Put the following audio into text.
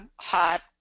hot